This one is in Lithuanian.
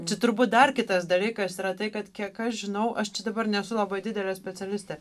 čia turbūt dar kitas dalykas yra tai kad kiek aš žinau aš čia dabar nesu labai didelė specialistė